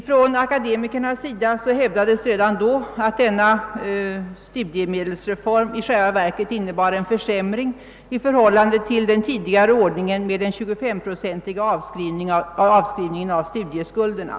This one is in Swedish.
Från akademikerhåll däremot hävdades redan då, att studiemedelsreformen i själva verket innebar en försämring i förhållande till den tidigare ordningen med 25-procentig avskrivning av studieskulderna.